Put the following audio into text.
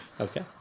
Okay